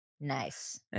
Nice